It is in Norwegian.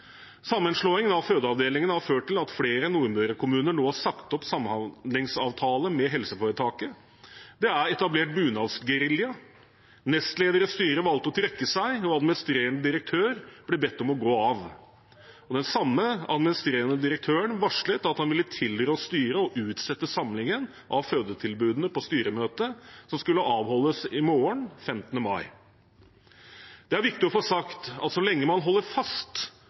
Sammenslåingen av fødeavdelingene har ført til at flere Nordmøre-kommuner nå har sagt opp samhandlingsavtalen med helseforetaket. Det er etablert en bunadsgerilja. Nestleder i styret valgte å trekke seg. Administrerende direktør ble bedt om å gå av. Den samme administrerende direktøren varslet at han ville tilrå styret å utsette samlingen av fødetilbudene på styremøtet som skal avholdes i morgen, 15. mai. Det er viktig å få sagt at så lenge man holder fast